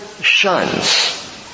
shuns